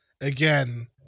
Again